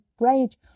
rage